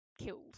killed